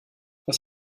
was